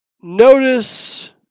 notice